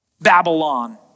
Babylon